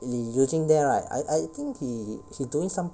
he using there right I I think he he he doing some